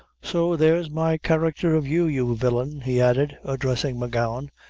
so there's my carrecther of you, you villain, he added, addressing m'gowan,